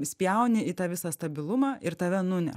spjauni į tą visą stabilumą ir tave nuneša